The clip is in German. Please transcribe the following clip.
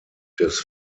des